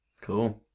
Cool